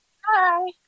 Hi